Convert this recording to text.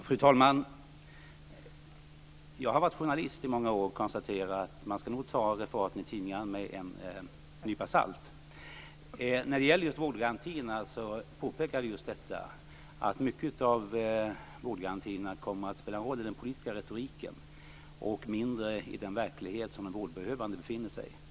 Fru talman! Jag har varit journalist i många år, och måste konstatera att man nog skall ta referaten i tidningarna med en nypa salt. När det gäller just vårdgarantierna påpekade jag att mycket av vårdgarantierna kommer att spela en stor roll i den politiska retoriken, och en mindre i den verklighet som den vårdbehövande befinner sig i.